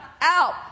out